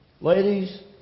ladies